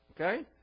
Okay